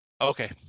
Okay